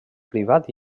privat